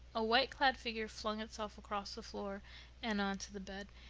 a white-clad figure flung itself across the floor and on to the bed.